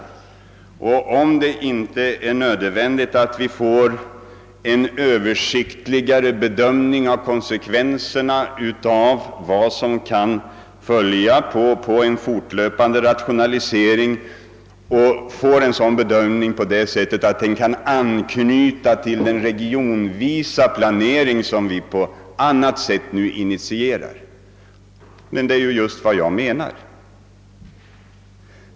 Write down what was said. Han undrar om det inte är nödvändigt att vi får en mera översiktlig bedömning av konsekvenserna av vad som kan följa på en fortiöpande rationalisering. Bör inte den bedömning vi då får fram kunna anknyta till den regionsvisa planering som vi på annat sätt nu initierar? Men detta är just vad jag menar.